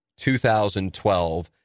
2012